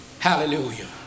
Hallelujah